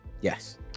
yes